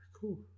Cool